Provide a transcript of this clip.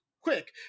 quick